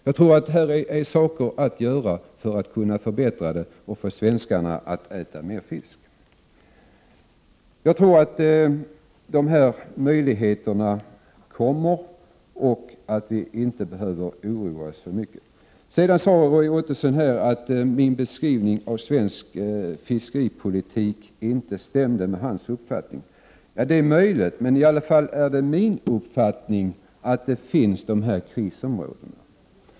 Jag tror att det finns mycket att göra för att åstadkomma förbättringar och få svenskarna att äta mer fisk. Jag tror att dessa möjligheter kommer och att vi inte behöver oroa oss alltför mycket. Roy Ottosson sade att min beskrivning av svensk fiskeripolitik inte stämde med hans uppfattning. Det är möjligt, men det är i alla fall min uppfattning att dessa krisområden finns.